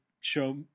show